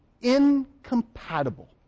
incompatible